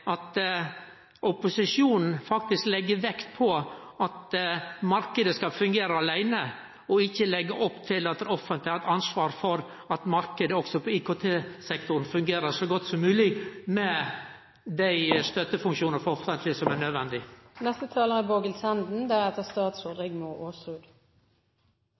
at opposisjonen faktisk legg vekt på at marknaden skal fungere åleine, og ikkje legg opp til at det offentlege har eit ansvar for at marknaden også på IKT-sektoren fungerer så godt som mogleg, med dei støttefunksjonane for det offentlege som er